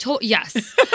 Yes